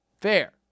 fair